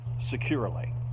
securely